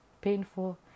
painful